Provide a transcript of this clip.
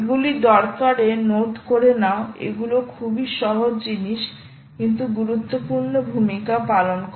এগুলি দয়াকরে নোট করে নাও এগুলো খুবই সহজ জিনিস কিন্তু গুরুত্বপূর্ণ ভূমিকা পালন করে